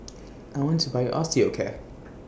I want to Buy Osteocare